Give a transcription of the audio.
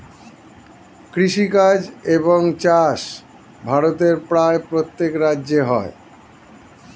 কৃষিকাজ এবং চাষ ভারতের প্রায় প্রত্যেক রাজ্যে হয়